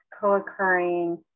co-occurring